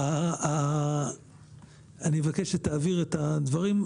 אני אבקש שתעביר את הדברים,